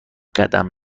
قدم